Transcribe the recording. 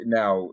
now